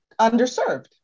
underserved